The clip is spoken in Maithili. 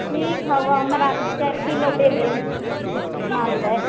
ठीक हइ हमरा चारि किलो दऽ देब मालदह